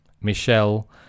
Michelle